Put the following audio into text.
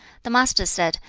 the master said,